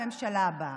בממשלה הבאה.